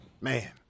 Man